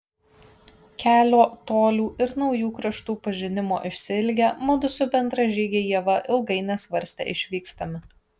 kelio tolių ir naujų kraštų pažinimo išsiilgę mudu su bendražyge ieva ilgai nesvarstę išvykstame